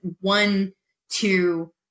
one-two